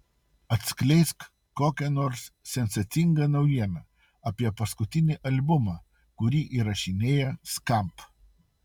atskleisk kokią nors sensacingą naujieną apie paskutinį albumą kurį įrašinėja skamp